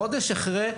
חודש אחרי,